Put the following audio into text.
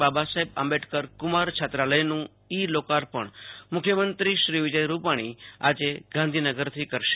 બાબા સાહેબ આંબેડકર ક્રમાર છાત્રાલયનું ઇ લોકાર્પણ મુખ્યમંત્રી વિજય રૂપાણી આવતીકાલે ગાંધીનગરથી કરશે